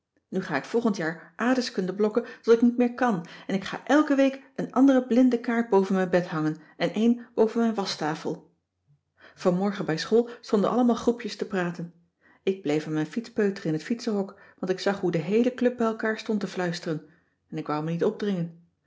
nu ga ik volgend jaar aardrijkskunde blokken tot ik niet meer kan en ik ga elke week een andere blinde kaart boven mijn bed hangen en eén boven mijn waschtafel vanmorgen bij school stonden allemaal groepjes te praten ik bleef aan mijn fiets peuteren in t fietsenhok want ik zag hoe de heele club bij elkaar stond te fluisteren en ik wou me niet opdringen